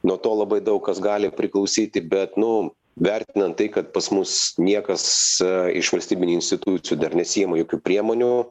nuo to labai daug kas gali priklausyti bet nu vertinant tai kad pas mus niekas iš valstybinių institucijų dar nesiima jokių priemonių